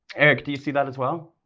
eric, do you see that as well?